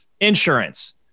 insurance